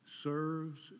serves